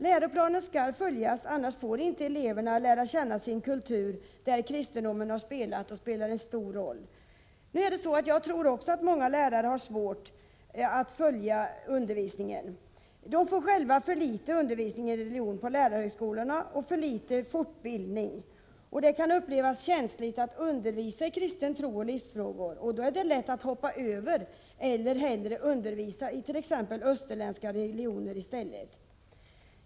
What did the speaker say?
Läroplanen skall följas, ty annars får inte eleverna lära känna sin kultur, där kristendomen har spelat och spelar en stor roll. Jag tror dock att många lärare har svårt att klara denna undervisning. De får själva för litet undervisning i religion på lärarhögskolorna och för litet fortbildning. Det kan upplevas som känsligt att undervisa i kristen tro och i livsfrågor. Det är då lätt att hoppa över sådant och hellre undervisa i österländska religioner.